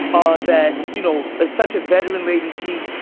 ah that, you know, such a veteran laden team,